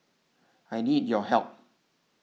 I need your help